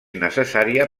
necessària